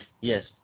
Yes